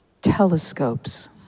telescopes